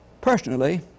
Personally